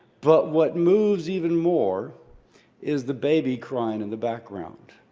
but what moves even more is the baby crying in the background.